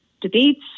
debates